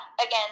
again